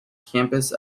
campus